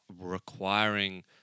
requiring